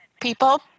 people